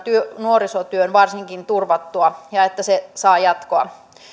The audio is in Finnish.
nuorisotyön varsinkin turvattua ja että se saa jatkoa